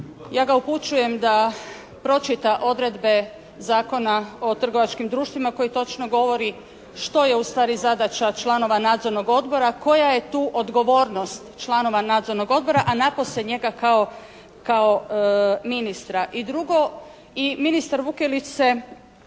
Ja ga upućujem da pročita odredbe Zakona o trgovačkim društvima koji točno govori što je u stvari zadaća članova nadzornog odbora, koja je tu odgovornost članova nadzornog odbora, a napose njega kao ministra. I drugo, i ministar Vukelić se